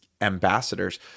ambassadors